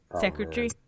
secretary